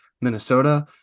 Minnesota